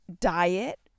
diet